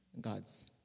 God's